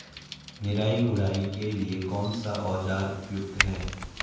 निराई गुड़ाई के लिए कौन सा औज़ार उपयुक्त है?